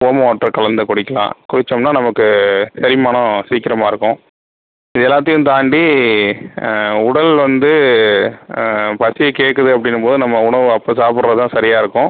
ஓம வாட்டர் கலந்து குடிக்கலாம் குடித்தோம்னா நமக்கு செரிமானம் சீக்கிரமாக இருக்கும் இது எல்லாத்தையும் தாண்டி உடல் வந்து பசியை கேட்குது அப்படின்னும் போது நம்ம உணவு அப்போ சாப்பிடுறதுதான் சரியாக இருக்கும்